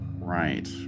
right